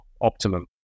optimum